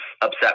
upset